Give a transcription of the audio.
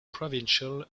provincial